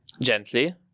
gently